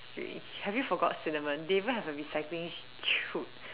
have you forgot cinnamon they even have a recycling chute